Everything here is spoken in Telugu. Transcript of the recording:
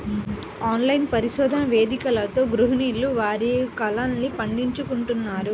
ఆన్లైన్ పరిశోధన వేదికలతో గృహిణులు వారి కలల్ని పండించుకుంటున్నారు